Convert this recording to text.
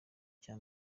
cya